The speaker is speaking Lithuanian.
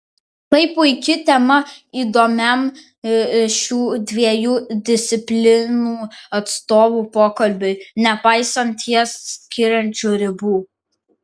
tai puiki tema įdomiam šių dviejų disciplinų atstovų pokalbiui nepaisant jas skiriančių ribų